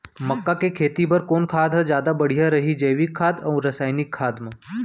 मक्का के खेती बर कोन खाद ह जादा बढ़िया रही, जैविक खाद अऊ रसायनिक खाद मा?